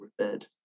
referred